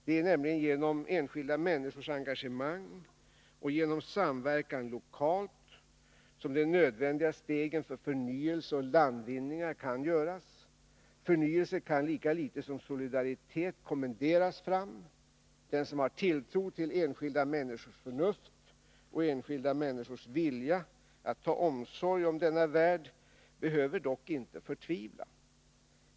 Det är genom enskilda människors engagemang och genom samverkan lokalt som de nödvändiga stegen för förnyelse och landvinningar kan göras. Förnyelse kan lika litet som solidaritet kommenderas fram. Den som har tilltro till enskilda människors förnuft och enskilda människors vilja att ta omsorg om denna värld behöver dock inte förtvivla.